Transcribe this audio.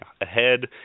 ahead